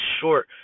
short